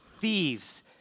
thieves